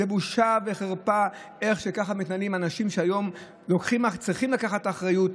זה בושה וחרפה שככה מתנהלים אנשים שהיום צריכים לקחת אחריות,